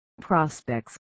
Prospects